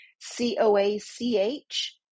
C-O-A-C-H